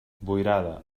boirada